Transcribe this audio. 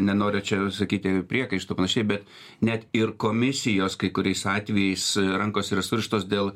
nenoriu čia sakyti priekaištų panašiai bet net ir komisijos kai kuriais atvejais rankos yra surištos dėl